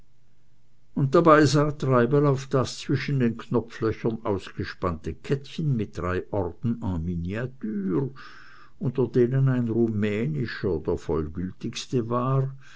und dabei sah treibel auf das zwischen den knopflöchern ausgespannte kettchen mit drei orden en miniature unter denen ein rumänischer der vollgültigste war